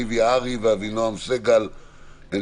ניב יערי ואבינועם סגל.